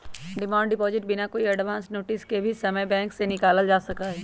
demand deposit बिना कोई advance notice के कोई भी समय बैंक से निकाल्ल जा सका हई